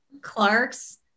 Clarks